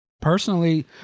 personally